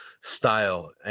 style